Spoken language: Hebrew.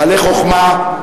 מלא חוכמה,